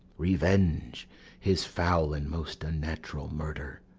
revenge his foul and most unnatural murder.